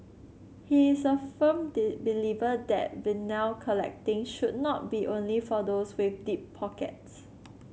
he is a firm believer that collecting should not be only for those with deep pockets